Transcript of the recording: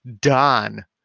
Don